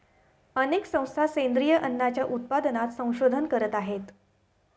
अनेक संस्था सेंद्रिय अन्नाच्या उत्पादनात संशोधन करत आहेत